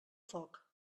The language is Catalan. foc